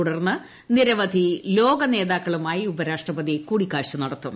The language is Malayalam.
തുടർന്ന് നിരവധി ലോക നേതാക്കളുമായി ഉപരാഷ്ട്രപ്പതി കൂടിക്കാഴ്ച നടത്തും